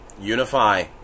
unify